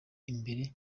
imbere